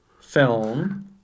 film